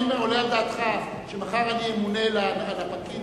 האם עולה על דעתך שמחר אני אמונה לפקיד